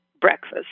breakfast